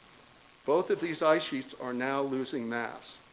both of these ice sheets are now losing mass.